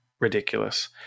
ridiculous